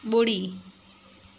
ॿुड़ी